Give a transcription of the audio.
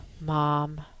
mom